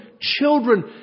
children